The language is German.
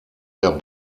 der